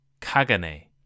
Kagane